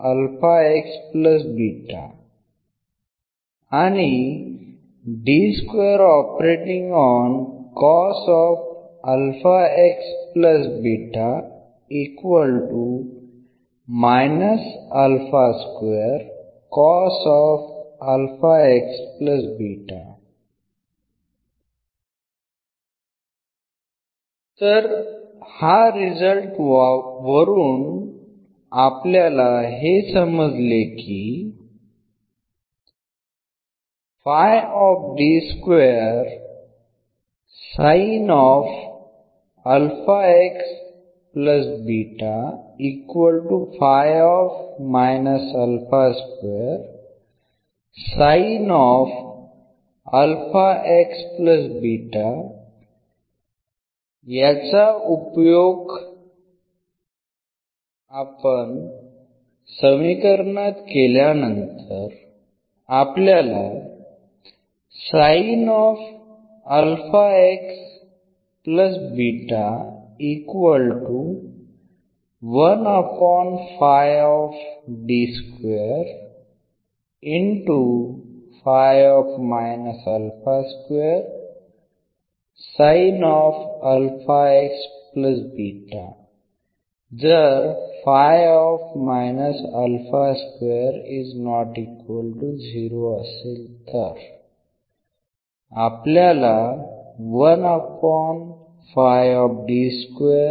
तर वरील रिझल्ट वरून आपल्याला हे समजले की याचा उपयोग करूयात जर